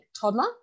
toddler